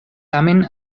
tamen